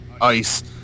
ice